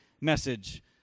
message